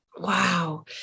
Wow